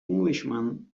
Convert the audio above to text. englishman